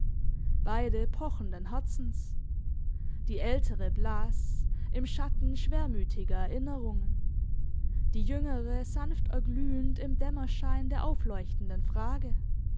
beide pochenden herzens die ältere blaß im schatten schwermütiger erinnerungen die jüngere sanft erglühend im dämmerschein der aufleuchtenden frage